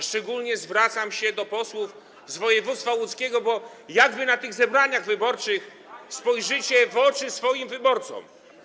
Szczególnie zwracam się do posłów z województwa łódzkiego, bo jak wy na zebraniach wyborczych spojrzycie w oczy swoim wyborcom.